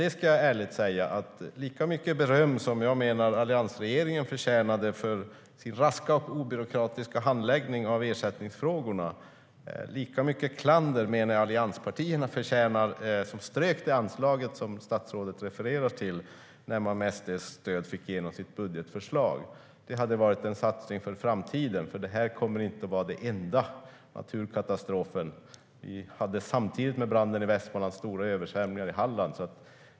Jag ska ärligt säga att lika mycket beröm som jag menar att alliansregeringen förtjänade för sin raska och obyråkratiska handläggning av ersättningsfrågorna, lika mycket klander menar jag att allianspartierna förtjänar som strök det anslag statsrådet refererar till när de med SD:s stöd fick igenom sitt budgetförslag. Det hade varit en satsning för framtiden; det här kommer inte att vara den enda naturkatastrofen. Vi hade samtidigt med branden i Västmanland stora översvämningar i Halland.